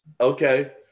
okay